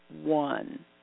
one